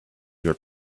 your